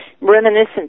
reminiscent